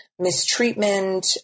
mistreatment